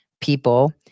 people